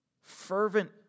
fervent